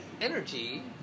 energy